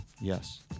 Yes